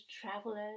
travelers